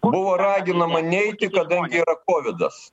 buvo raginama neiti kadangi yra kovidas